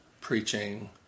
preaching